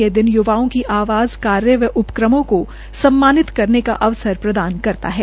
ये दिन यूवाओं की आवाज़ कार्य और उपक्रमों को सम्मानित करने का अवसर प्रदान करता है